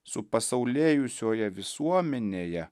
supasaulėjusioje visuomenėje